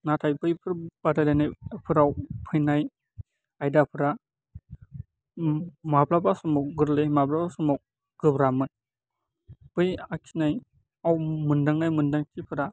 नाथाय बैफोर बादायलायनायफोराव फैनाय आयदाफ्रा माब्लाबा समाव गोरलै माब्लाबा समाव गोब्राबमोन बै आखिनाय आव मोनदांनाय मोनदांथिफोरा